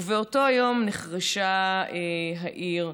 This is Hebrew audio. ובאותו היום נחרשה העיר.